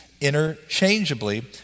interchangeably